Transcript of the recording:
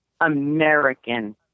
American